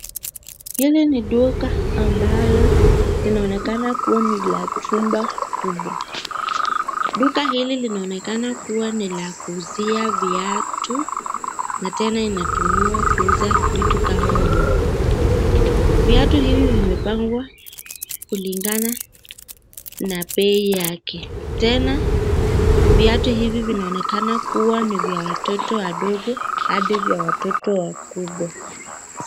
Hili ni duka ambalo linaonekana kuwa ni la chumba kubwa. Duka hili linaonekana kuwa ni la kuuzia viatu na tena inatumiwa kuuza vitu kama nguo. Viatu hivi vimepangwa kulingana na bei yake. Tena viatu hivi vinaonekana kuwa ni vya watoto wadogo hadi vya watoto wakubwa.